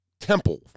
temple